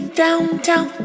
downtown